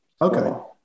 Okay